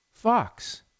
Fox